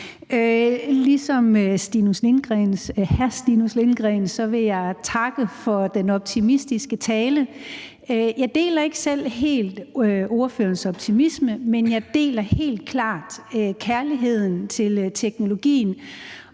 Ligesom hr. Stinus Lindgreen vil jeg takke for den optimistiske tale. Jeg deler ikke selv helt ordførerens optimisme, men jeg deler helt klart kærligheden til teknologien